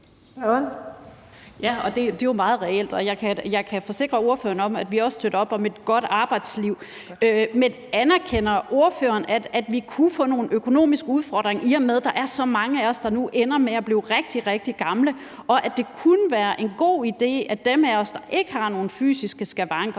(M): Det er jo meget reelt, og jeg kan forsikre ordføreren om, at vi også støtter op om et godt arbejdsliv. Men anerkender ordføreren, at vi kunne få nogle økonomiske udfordringer, i og med at der er så mange af os, der nu ender med at blive rigtig, rigtig gamle, og at det kunne være en god idé, at de af os, der ikke har nogen fysiske skavanker,